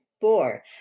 four